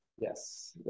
yes